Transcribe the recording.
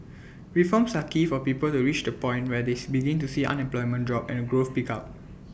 reforms are key for people to reach the point where these begin to see unemployment drop and growth pick up